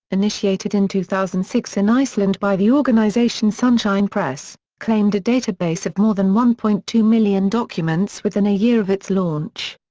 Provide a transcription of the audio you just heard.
initiated in two thousand and six in iceland by the organization sunshine press, claimed a database of more than one point two million documents within a year of its launch.